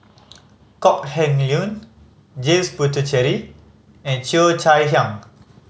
Kok Heng Leun James Puthucheary and Cheo Chai Hiang